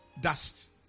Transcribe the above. dust